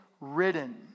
ridden